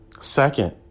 Second